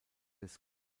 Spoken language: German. des